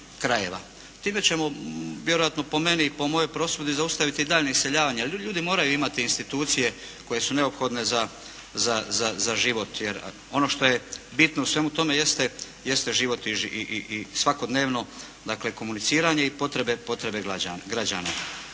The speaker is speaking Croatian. Time ćemo vjerojatno po meni i po mojoj prosudbi zaustaviti daljnje iseljavanje. Ljudi moraju imati institucije koje su neophodne za život. Jer ono što je bitno u svemu tome jeste život i svakodnevno komuniciranje i potrebe građana.